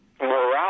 Morale